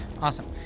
Awesome